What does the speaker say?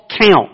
count